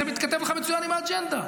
זה מתכתב לך מצוין עם האג'נדה,